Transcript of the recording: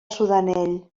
sudanell